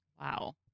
Wow